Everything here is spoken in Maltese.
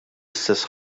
istess